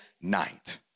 night